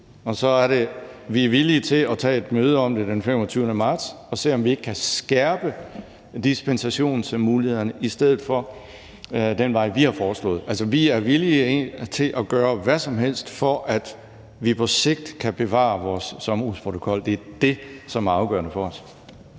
vi er villige til at tage et møde om det den 25. marts for at se, om vi ikke kan skærpe dispensationsmulighederne i stedet for at gå den vej, vi har foreslået. Altså, vi er villige til at gøre hvad som helst, for at vi på sigt kan bevare vores sommerhusprotokol. Det er det, som er afgørende for os.